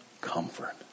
comfort